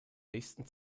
nächsten